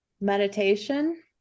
meditation